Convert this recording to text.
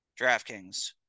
DraftKings